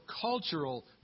cultural